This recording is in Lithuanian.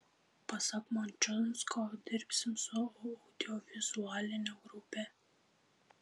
pasak mončiunsko dirbsim su audiovizualine grupe